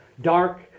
dark